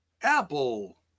Apple